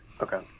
Okay